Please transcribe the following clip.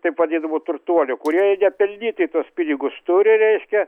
taip vadinamų turtuolių kurie nepelnytai tuos pinigus turi reiškia